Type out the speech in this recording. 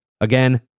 Again